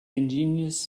ingenious